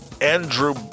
Andrew